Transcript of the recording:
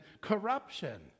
corruption